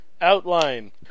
outline